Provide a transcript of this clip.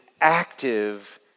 active